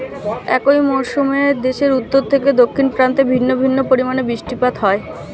একই মরশুমে দেশের উত্তর থেকে দক্ষিণ প্রান্তে ভিন্ন ভিন্ন পরিমাণে বৃষ্টিপাত হয়